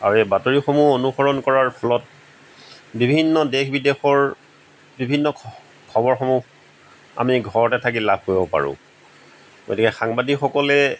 আৰু এই বাতৰিসমূহ অনুসৰণ কৰা ফলত বিভিন্ন দেশ বিদেশৰ বিভিন্ন খ খবৰসমূহ আমি ঘৰতে থাকি লাভ কৰিব পাৰো গতিকে সাংবাদিকসকলে